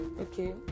okay